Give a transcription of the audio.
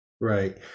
Right